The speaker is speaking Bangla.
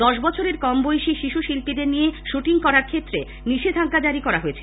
দশ বছরের কম বয়সী শিশু শিল্পীদের নিয়ে শুটিং করার ক্ষেত্রে নিষেধাজ্ঞা জারি করা হয়েছে